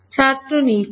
ছাত্র নীচে